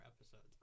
episodes